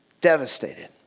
Devastated